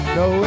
no